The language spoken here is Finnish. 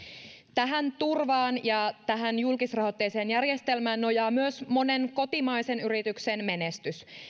tähän turvaan ja tähän julkisrahoitteiseen järjestelmään nojaa myös monen kotimaisen yrityksen menestys